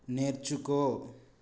నేర్చుకో